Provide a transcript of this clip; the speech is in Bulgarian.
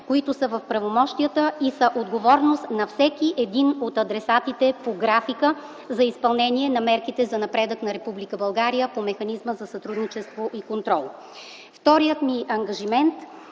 които са в правомощията и са отговорност на всеки един от адресатите по графика за изпълнение на мерките за напредък на Република България по механизма за сътрудничество и контрол. Вторият ми ангажимент